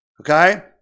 okay